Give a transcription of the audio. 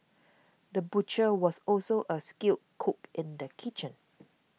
the butcher was also a skilled cook in the kitchen